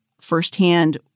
firsthand